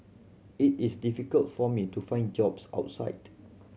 it is difficult for me to find jobs outside